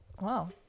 wow